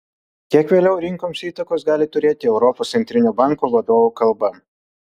kiek vėliau rinkoms įtakos gali turėti europos centrinio banko vadovo kalba